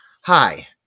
Hi